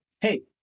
hey